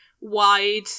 wide